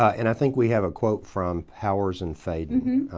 and i think we have a quote from powers and faden,